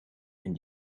and